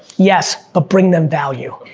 yes, but bring them value.